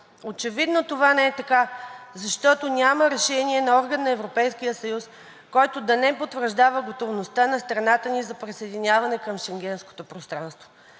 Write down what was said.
Очевидно това не е така, защото няма решение на орган на Европейския съюз, който да не потвърждава готовността на страната ни за присъединяване към Шенгенското пространство.